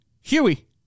Huey